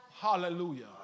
Hallelujah